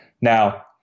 Now